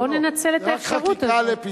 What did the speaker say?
בוא ננצל את האפשרות הזאת.